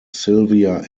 sylvia